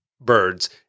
Birds